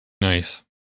Nice